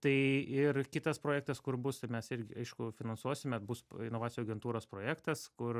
tai ir kitas projektas kur bus su mes irgi aišku finansuosime bus inovacijų agentūros projektas kur